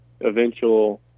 eventual